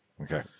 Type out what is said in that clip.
Okay